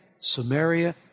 Samaria